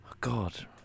God